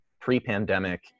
pre-pandemic